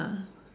ah